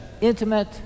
intimate